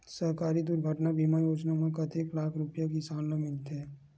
सहकारी दुर्घटना बीमा योजना म कतेक लाख रुपिया किसान ल मिलथे?